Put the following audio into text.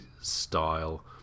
style